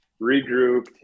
regrouped